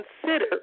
consider